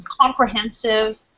comprehensive